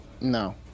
No